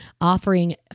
offering